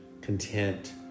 content